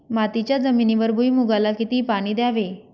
मातीच्या जमिनीवर भुईमूगाला किती पाणी द्यावे?